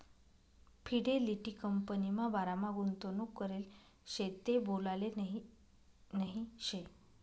Fidelity कंपनीमा बारामा गुंतवणूक करेल शे ते बोलाले नही नही शे